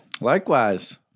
Likewise